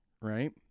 Right